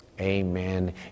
amen